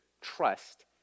trust